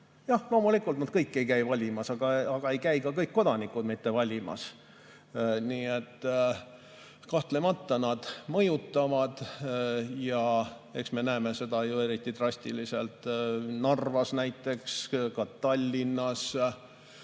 Jah, loomulikult nad kõik ei käi valimas, aga ei käi ka kõik kodanikud valimas. Nii et kahtlemata nad mõjutavad. Eks me näeme seda ju eriti drastiliselt näiteks Narvas, ka Tallinnas,